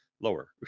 lower